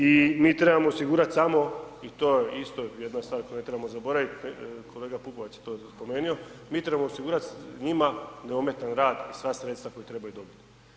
I mi trebamo osigurat samo i to je isto jedna stvar koju ne trebamo zaboravit kolega Pupovac je to spomenuo, mi trebamo osigurati njima neometan rad i sva sredstva koja trebaju dobiti.